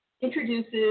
introduces